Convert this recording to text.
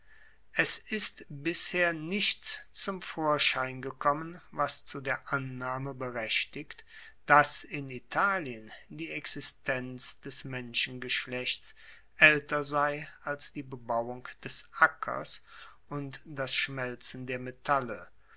es ist bisher nichts zum vorschein gekommen was zu der annahme berechtigt dass in italien die existenz des menschengeschlechts aelter sei als die bebauung des ackers und das schmelzen der metalle